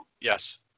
yes